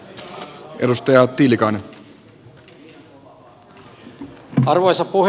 arvoisa puhemies